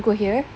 you go here